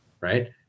right